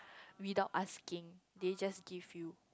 without asking they just give you